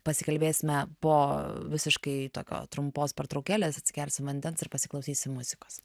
pasikalbėsime po visiškai tokio trumpos pertraukėlės atsigersim vandens ir pasiklausysim muzikos